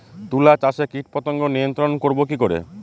তুলা চাষে কীটপতঙ্গ নিয়ন্ত্রণর করব কি করে?